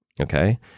okay